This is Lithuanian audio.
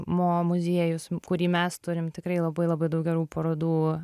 mo muziejus kurį mes turim tikrai labai labai daug gerų parodų